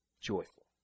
joyful